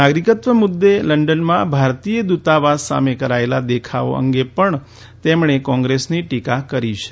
નાગરીકત્વ મુદૃ લંડનમાં ભારતીય દુતાવાસ સામે કરાયેલા દેખાવો અંગે પણ તેમણે કોંગ્રેસની ટીકા કરી છે